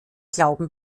glauben